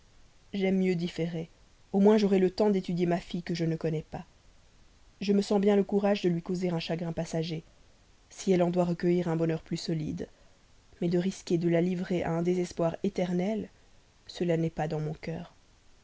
j'aime mieux différer au moins j'aurai le temps d'étudier ma fille que je ne connais pas je me sens bien le courage de lui causer un chagrin passager si elle doit en recueillir un bonheur plus solide mais de risquer de la livrer à un désespoir éternel cela n'est pas dans mon cœur